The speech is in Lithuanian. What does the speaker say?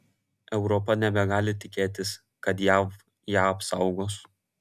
europa nebegali tikėtis kad jav ją apsaugos